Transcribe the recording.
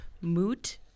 Moot